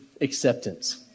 acceptance